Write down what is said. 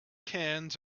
cans